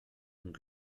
und